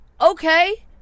Okay